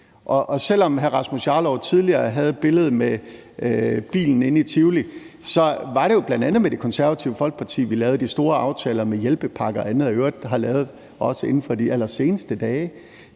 Og selv om hr. Rasmus Jarlov tidligere havde billedet med bilen inde i Tivoli, var det jo bl.a. med Det Konservative Folkeparti, vi lavede de store aftaler om hjælpepakker og andet – noget, vi i øvrigt har lavet inden for de allerseneste dage.